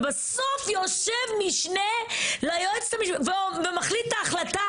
ובסוף יושב משנה ליועצת המשפטית ומחליט את ההחלטה,